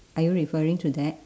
are you referring to that